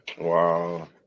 Wow